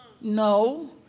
no